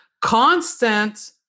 constant